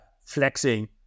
flexing